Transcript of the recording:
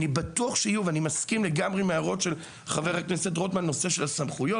אני מסכים לגמרי עם ההערות של חבר הכנסת רוטמן על נושא הסמכויות.